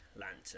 lantern